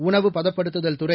உணவு பதப்படுத்துதல் துறை